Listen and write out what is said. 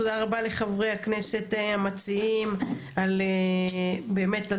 תודה רבה לחברי הכנסת המציעים על דיון